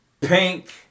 pink